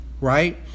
Right